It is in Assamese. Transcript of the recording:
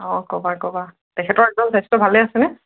অঁ ক'বা ক'বা তেখেতৰ একদম স্বাস্থ্য ভালেই আছেনে